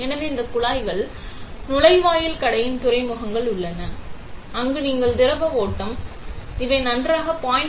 எனவே இந்த குழாய்கள் நுழைவாயில் கடையின் துறைமுகங்கள் உள்ளன அங்கு நீங்கள் திரவ ஓட்டம் இவை நன்றாக 0